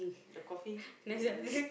the coffee my-goodness